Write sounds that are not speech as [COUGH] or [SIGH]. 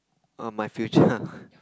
err my future [LAUGHS]